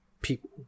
people